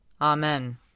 Amen